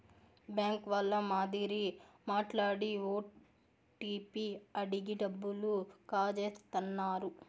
bank వాళ్ళ మాదిరి మాట్లాడి ఓటీపీ అడిగి డబ్బులు కాజేత్తన్నారు